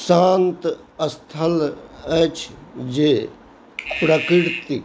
शान्त स्थल अछि जे प्रकृतिक